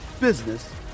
business